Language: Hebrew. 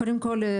קודם כל,